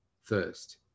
first